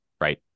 right